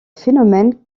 phénomène